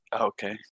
okay